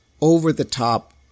over-the-top